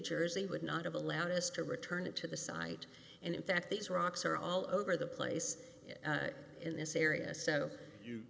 jersey would not have allowed us to return it to the site and in fact these rocks are all over the place in this area so you